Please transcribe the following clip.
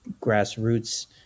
grassroots